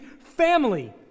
family